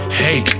hey